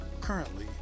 currently